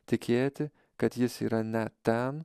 tikėti kad jis yra ne ten